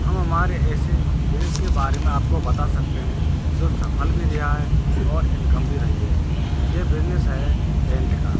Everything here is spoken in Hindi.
हम हमारे ऐसे बिज़नेस के बारे में आपको बता सकते हैं जो सफल भी रहा है और इंकम भी रही है यह बिज़नेस है टेंट का